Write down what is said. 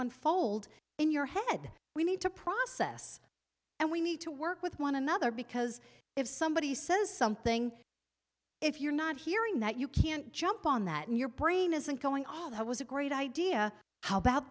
unfold in your head we need to process and we need to work with one another because if somebody says something if you're not hearing that you can't jump on that and your brain isn't going all that was a great idea how about